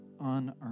unearned